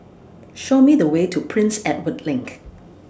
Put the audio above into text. Show Me The Way to Prince Edward LINK